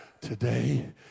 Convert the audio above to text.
today